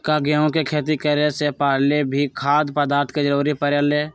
का गेहूं के खेती करे से पहले भी खाद्य पदार्थ के जरूरी परे ले?